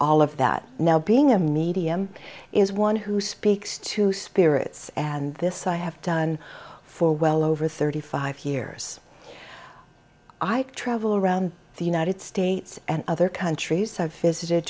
all of that now being a medium is one who speaks to spirits and this i have done for well over thirty five years i travel around the united states and other countries i've visited